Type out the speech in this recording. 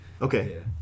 Okay